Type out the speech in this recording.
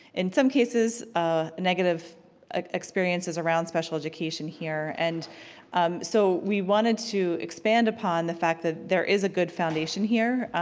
in some cases ah negative ah experiences around special education here, and so we wanted to expand upon the fact that there is a good foundation here,